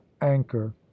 anchor